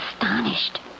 astonished